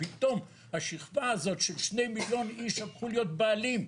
פתאום השכבה הזאת של 2,000,000 איש הפכו להיות בעלים.